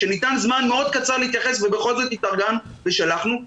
שניתן זמן קצר מאוד להתייחס אליו ובכל זאת התארגנו ושלחנו התייחסות,